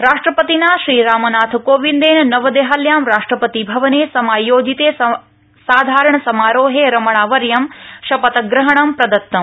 राष्ट्रपतिना श्रीरामनाथकोविन्देन नवदेहल्यां राष्ट्रपति भवने समायोजिते साधारण समारोहे रमणावर्य शपथग्रहणं प्रदत्तम्